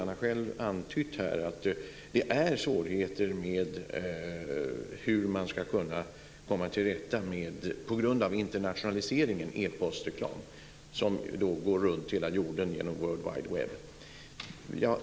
Han har själv antytt här att det är svårigheter med hur man på grund av internationaliseringen ska kunna komma till rätta med e-postreklam som går runt hela jorden genom world wide web.